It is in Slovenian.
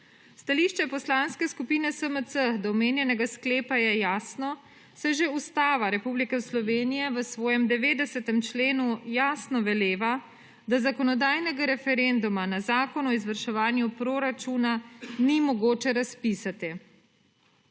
Stališče Poslanske skupine SMC do omenjenega sklepa je jasno, saj že Ustava Republike Slovenije v svojem 90. členu jasno veleva, da zakonodajnega referenduma na zakon o izvrševanju proračuna ni mogoče razpisati.